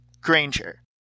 Granger